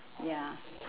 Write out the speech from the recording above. ya